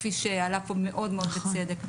כפי שעלה פה מאוד בצדק.